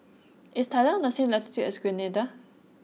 is Thailand on the same latitude as Grenada